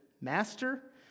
master